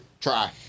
Try